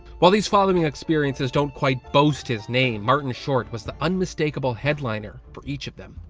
while these following expereiences don't quite boast his name, martin short was the unmistakeable headliner for each of them.